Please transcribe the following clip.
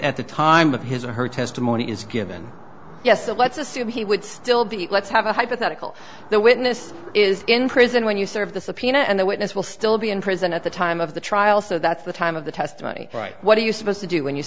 at the time of his or her testimony is given yes let's assume he would still be let's have a hypothetical the witness is in prison when you serve the subpoena and the witness will still be in prison at the time of the trial so that's the time of the testimony right what are you supposed to do when you